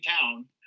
town